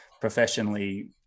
professionally